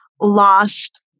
lost